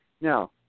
Now